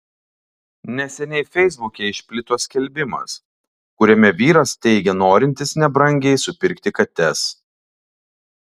neseniai feisbuke išplito skelbimas kuriame vyras teigia norintis nebrangiai supirkti kates